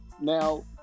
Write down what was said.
Now